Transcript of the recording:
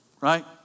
Right